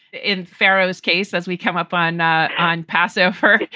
in pharaoh's case, as we come up on ah on passover,